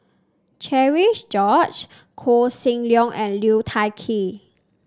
Cherian George Koh Seng Leong and Liu Thai Ker